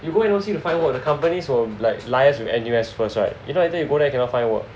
you go N_O_C to find work the companies will like liase with N_U_S first right you know if not you go there cannot find work